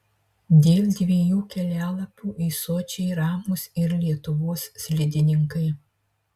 dėl dviejų kelialapių į sočį ramūs ir lietuvos slidininkai